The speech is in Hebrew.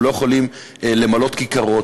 הם לא יכולים למלא כיכרות,